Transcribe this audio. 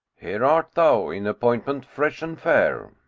here art thou in appointment fresh and fair,